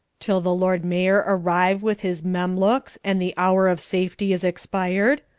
till the lord mayor arrive with his memlooks, and the hour of safety is expired?